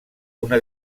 una